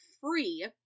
free